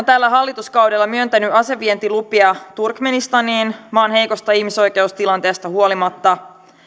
tällä hallituskaudella myöntänyt asevientilupia turkmenistaniin maan heikosta ihmisoikeustilanteesta huolimatta